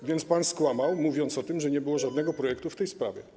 A więc pan skłamał, mówiąc o tym, że nie było żadnego projektu w tej sprawie.